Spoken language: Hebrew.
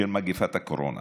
של מגפת הקורונה